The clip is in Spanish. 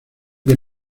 que